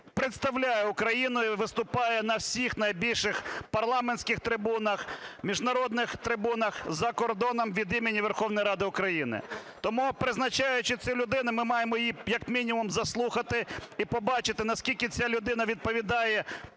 представляє Україну і виступає на всіх найбільших парламентських трибунах, міжнародних трибунах за кордоном від імені Верховної Ради України. Тому, призначаючи цю людину, ми маємо її, як мінімум, заслухати і побачити, наскільки ця людина відповідає